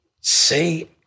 say